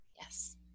Yes